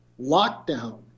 Lockdown